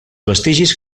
vestigis